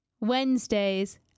Wednesdays